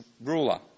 ruler